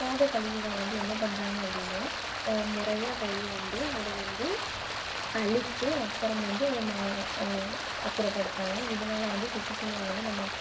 மக்காத கழிவுகளை வந்து என்ன பண்ணுறாங்க அப்படின்னா முறையாக கையாண்டு அதை வந்து அழிச்சு அப்புறம் வந்து அதை ம அப்புறம் படுத்துறாங்க இதனால வந்து சுற்றுச்சூழல் வந்து நம்ம